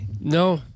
No